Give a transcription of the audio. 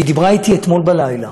היא דיברה אתי אתמול בלילה,